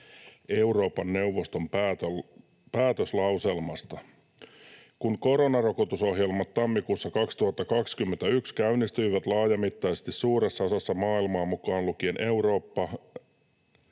Euroopan neuvoston päätöslauselmasta: ”Kun koronarokotusohjelmat tammikuussa 2021 käynnistyivät laajamittaisesti suuressa osassa maailmaa mukaan lukien Eurooppa,